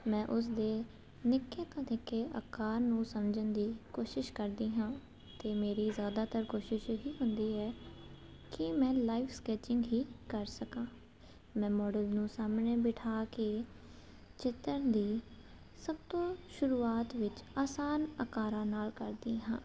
ਮੈਂ ਉਸਦੇ ਨਿੱਕੇ ਤੋਂ ਨਿੱਕੇ ਆਕਾਰ ਨੂੰ ਸਮਝਣ ਦੀ ਕੋਸ਼ਿਸ਼ ਕਰਦੀ ਹਾਂ ਅਤੇ ਮੇਰੀ ਜ਼ਿਆਦਾਤਰ ਕੋਸ਼ਿਸ਼ ਇਹ ਹੀ ਹੁੰਦੀ ਹੈ ਕਿ ਮੈਂ ਲਾਈਵ ਸਕੈਚਿੰਗ ਹੀ ਕਰ ਸਕਾਂ ਮੈਂ ਮੋਡਲ ਨੂੰ ਸਾਹਮਣੇ ਬਿਠਾ ਕੇ ਚਿੱਤਰ ਦੀ ਸਭ ਤੋਂ ਸ਼ੁਰੂਆਤ ਵਿੱਚ ਆਸਾਨ ਆਕਾਰਾਂ ਨਾਲ ਕਰਦੀ ਹਾਂ